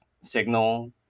signal